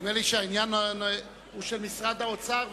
נדמה לי שהעניין הוא של משרד האוצר,